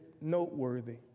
noteworthy